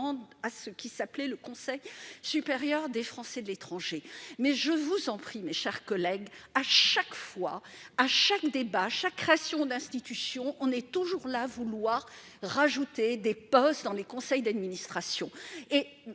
à ceux qui s'appelait le Conseil supérieur des Français de l'étranger, mais je vous en prie, mes chers collègues, à chaque fois à chaque débat, chaque création d'institutions, on est toujours là, vouloir rajouter des postes dans les conseils d'administration